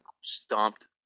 stomped